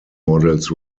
models